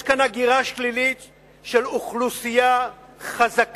יש כאן הגירה שלילית של אוכלוסייה חזקה,